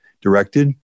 directed